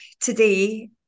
today